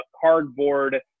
cardboard